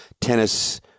tennis